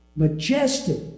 majestic